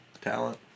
talent